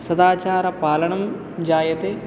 सदाचारपालनं जायते